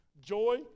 Joy